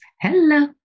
Hello